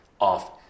off